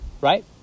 Right